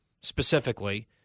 specifically